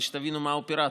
כדי שתבינו את האופרציה?